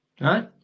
right